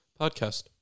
podcast